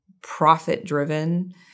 profit-driven